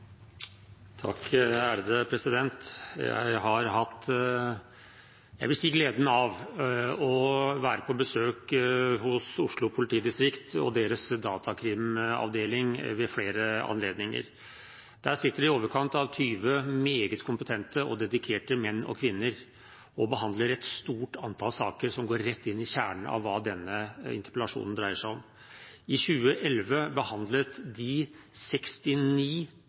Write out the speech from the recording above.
Jeg har hatt gleden av å være på besøk hos Oslo politidistrikts datakrim-avdeling ved flere anledninger. Der sitter i overkant av tjue meget kompetente og dedikerte menn og kvinner og behandler et stort antall saker som går rett inn i kjernen av hva denne interpellasjonen dreier seg om. I 2011 behandlet de 69